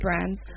brands